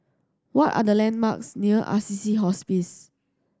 what are the landmarks near Assisi Hospice